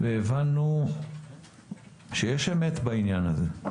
והבנו שיש אמת בעניין הזה.